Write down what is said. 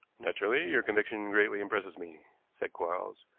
naturally, your conviction greatly impresses me, said quarles.